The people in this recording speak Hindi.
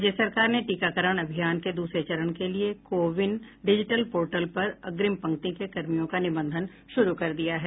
राज्य सरकार ने टीकाकरण अभियान के दूसरे चरण के लिए को विन डिजिटल पोर्टल पर अग्रिम पंक्ति के कर्मियों का निबंधन शुरू कर दिया है